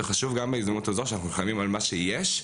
וחשוב גם בהזדמנות הזו שאנחנו נלחמים על מה שיש,